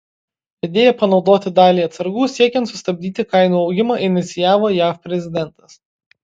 idėją panaudoti dalį atsargų siekiant sustabdyti kainų augimą inicijavo jav prezidentas